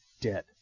dead